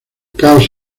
caos